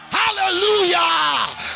hallelujah